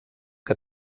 que